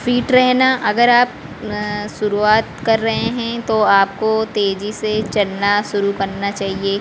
fit रहना अगर आप शुरुआत कर रहे हैं तो आपको तेजी से चलना शुरू करना चहिए